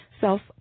self